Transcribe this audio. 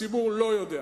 הציבור לא יודע,